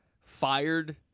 fired